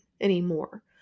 anymore